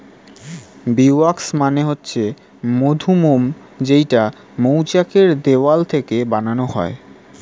bee wax মানে হচ্ছে মধুমোম যেইটা মৌচাক এর দেওয়াল থেকে বানানো হয়